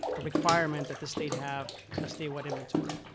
a requirement that the state have a statewide inventory.